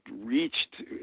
reached